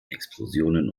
explosionen